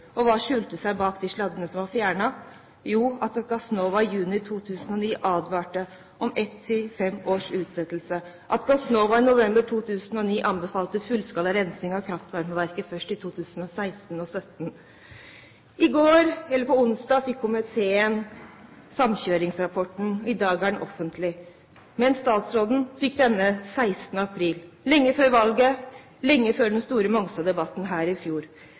Og hva skjulte seg bak de sladdene som var fjernet? Jo, at Gassnova i juni 2009 advarte om ett–fem års utsettelse, at Gassnova i november 2009 anbefalte fullskala rensing av kraftvarmeverket først i 2016/2017. På onsdag fikk komiteen samkjøringsrapporten. I dag er den offentlig. Men statsråden fikk denne 16. april 2009, lenge før valget og lenge før den store Mongstad-debatten her i fjor.